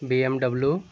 BMW